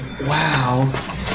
Wow